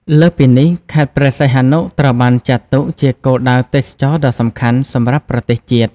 លើសពីនេះ ខេត្តព្រះសីហនុត្រូវបានចាត់ទុកជា គោលដៅទេសចរណ៍ដ៏សំខាន់ សម្រាប់ប្រទេសជាតិ។